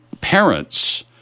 parents